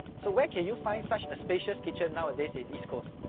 so, where can you find such a spacious kitchen nowadays in east coast?